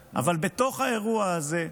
אני יודע, אבל בתוך האירוע הזה,